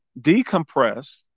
decompress